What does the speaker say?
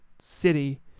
city